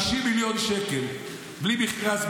50 מיליון שקל בלי מכרז,